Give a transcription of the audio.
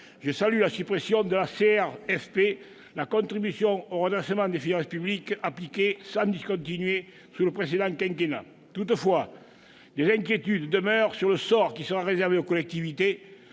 je salue la suppression de la CRFP, la contribution au redressement des finances publiques, appliquée sans discontinuer sous le précédent quinquennat. Toutefois, des inquiétudes demeurent sur le sort qui sera réservé aux collectivités,